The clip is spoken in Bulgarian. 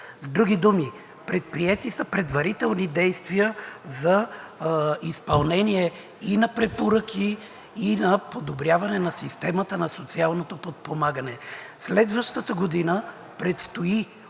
С други думи, предприети са предварителни действия за изпълнение и на препоръки, и на подобряване на системата на социалното подпомагане. Следващата година, ако